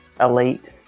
Elite